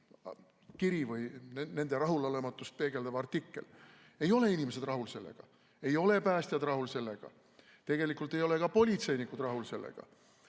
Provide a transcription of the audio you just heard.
kiri või nende rahulolematust peegeldav artikkel. Ei ole inimesed rahul sellega, ei ole päästjad rahul sellega, tegelikult ei ole ka politseinikud sellega